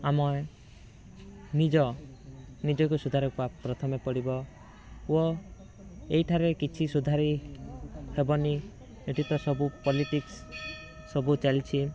ଆମ ଏ ନିଜ ନିଜକୁ ସୁଧାରକୁ ପ୍ରଥମେ ପଡ଼ିବ ଓ ଏଇଠାରେ କିଛି ସୁଧାରି ହେବନି ଏଠି ତ ସବୁ ପଲିଟିକ୍ସ ସବୁ ଚାଲିଛି